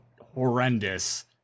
horrendous